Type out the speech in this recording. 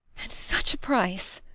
such a price!